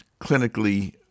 clinically